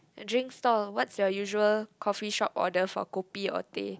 drink stall what's your usual coffee shop order for kopi or teh